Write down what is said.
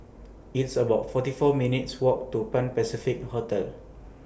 It's about forty four minutes' Walk to Pan Pacific Hotel